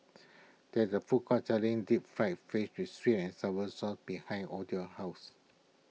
there is a food court selling Deep Fried Fish with Sweet and Sour Sauce behind Odalys' house